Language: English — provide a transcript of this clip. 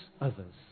others